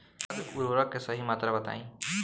खाद उर्वरक के सही मात्रा बताई?